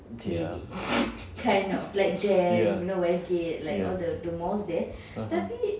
ya ya ya (uh huh)